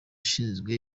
ushinzwe